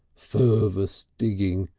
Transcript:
fervous digging.